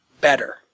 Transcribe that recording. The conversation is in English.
better